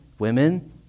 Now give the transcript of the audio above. Women